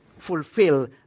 fulfill